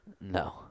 No